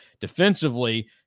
Defensively